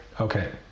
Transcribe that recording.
okay